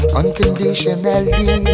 unconditionally